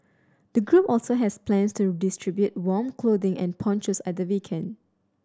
the group also has plans to distribute warm clothing and ponchos at the weekend